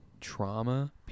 trauma